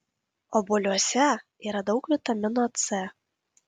obuoliuose yra daug vitamino c